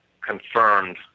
confirmed